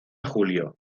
julio